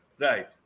Right